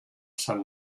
san